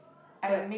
but